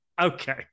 Okay